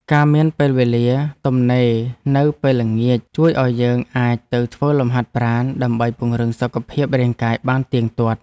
ការមានពេលវេលាទំនេរនៅពេលល្ងាច ជួយឱ្យយើងអាចទៅធ្វើលំហាត់ប្រាណដើម្បីពង្រឹងសុខភាពរាងកាយបានទៀងទាត់។